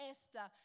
Esther